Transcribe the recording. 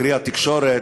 קרי התקשורת,